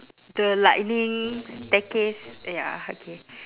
the lightning staircase ya okay